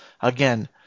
Again